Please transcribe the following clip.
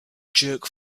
jerk